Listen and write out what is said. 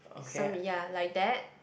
some ya like that